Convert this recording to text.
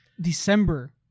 December